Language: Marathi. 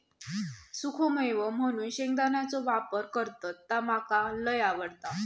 सुखो मेवो म्हणून शेंगदाण्याचो वापर करतत ता मका लय आवडता